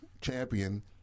champion